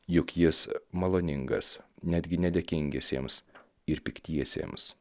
juk jis maloningas netgi nedėkingiesiems ir piktiesiems